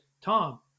Tom